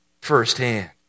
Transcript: firsthand